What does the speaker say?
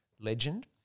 legend